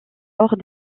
hors